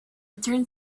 turned